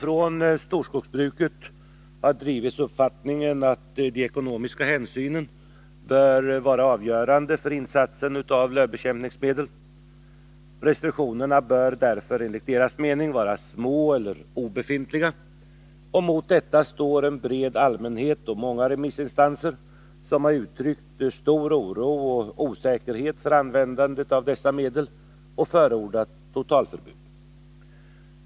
Från storskogsbrukets sida har drivits uppfattningen att den ekonomiska hänsynen bör vara avgörande för insatsen av lövbekämpningsmedel. Restriktionerna bör därför enligt skogsbrukarnas mening vara små eller obefintliga. Mot detta står en bred allmänhet och många remissinstanser, som har uttryckt stor oro och osäkerhet inför användandet av dessa medel och förordat totalförbud.